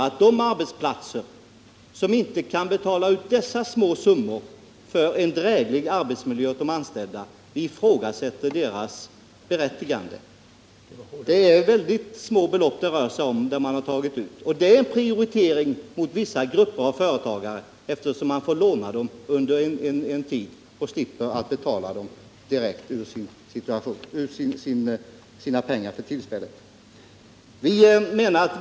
Om arbetsplatser inte kan betala ut dessa små summor för en dräglig arbetsmiljö för de anställda ifrågasätter vi deras berättigande. Det är väldigt små belopp det rör sig om, och det är en prioritering av vissa grupper av företagare eftersom de får låna pengarna under en tid och slipper ta dem direkt ur sin egen kassa.